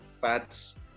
fats